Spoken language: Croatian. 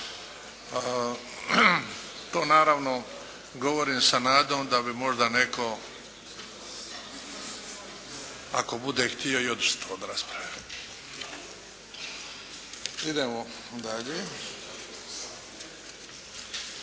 To naravno govorim sa nadom da bi možda netko ako bude htio i odustao od rasprave. Idemo dalje.